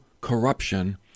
corruption